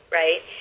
right